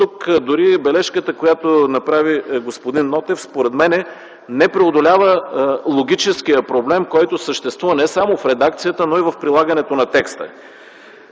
тук дори бележката, която направи господин Нотев, според мен, не преодолява логическия проблем, който съществува не само в редакцията, но и в прилагането на текста.